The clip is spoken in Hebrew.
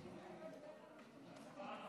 מה,